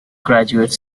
graduate